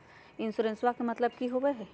इंसोरेंसेबा के मतलब की होवे है?